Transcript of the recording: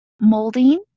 molding